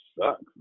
sucks